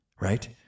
right